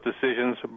decisions